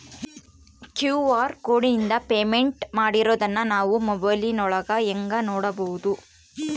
QR ಕೋಡಿಂದ payment ಮಾಡಿರೋದನ್ನ ನಾವು ಮೊಬೈಲಿನೊಳಗ ಹೆಂಗ ನೋಡಬಹುದು?